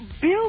Bill